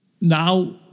now